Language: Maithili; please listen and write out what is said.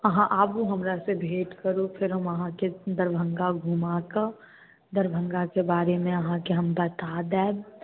अहाँ आबू हमरासँ भेँट करू फेर हम अहाँके दरभङ्गा घुमाकऽ दरभङ्गाके बारेमे अहाँके हम बता देब